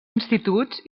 instituts